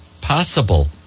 possible